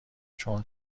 چون